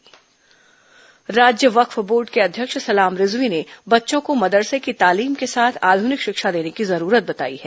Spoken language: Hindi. राज्य वक्फ बोर्ड राज्य वक्फ बोर्ड के अध्यक्ष सलाम रिजवी ने बच्चों को मदरसे की तालिम के साथ आध्निक शिक्षा देने की जरूरत बताई है